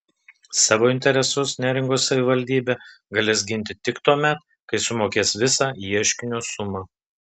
savo interesus neringos savivaldybė galės ginti tik tuomet kai sumokės visą ieškinio sumą